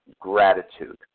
gratitude